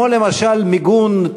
כמו למשל מיגון,